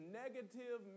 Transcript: negative